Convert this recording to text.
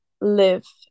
live